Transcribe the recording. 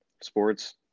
sports